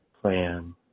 plan